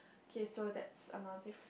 okay so that's another different